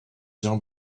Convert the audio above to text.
bien